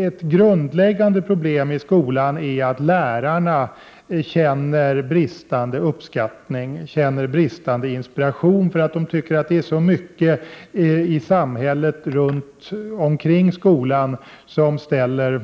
Ett grundläggande problem i skolan är att lärarna känner bristande uppskattning, bristande inspiration. De tycker att det är så mycket i samhället omkring skolan som ställer